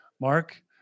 Mark